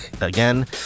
Again